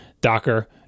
Docker